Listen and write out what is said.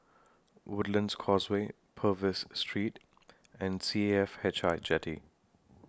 Woodlands Causeway Purvis Street and C A F H I Jetty